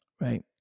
Right